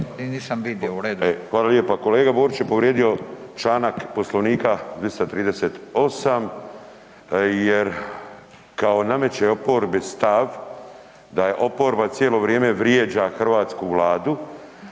hvala lijepo. Kolega Borić je povrijedio članak Poslovnika 238. jer kao nameće oporbi stav da je oporba cijelo vrijeme vrijeđa hrvatsku Vladu,